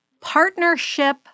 Partnership